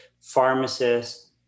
pharmacists